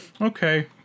okay